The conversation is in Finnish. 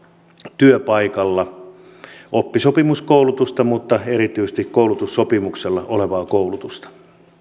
työpaikalla oppisopimuskoulutusta mutta erityisesti koulutussopimuksella olevaa koulutusta